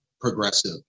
progressive